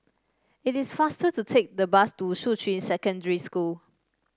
it is faster to take the bus to Shuqun Secondary School